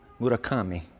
Murakami